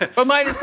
ah but my